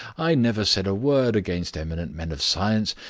i never said a word against eminent men of science.